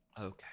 Okay